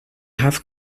have